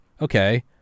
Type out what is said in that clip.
okay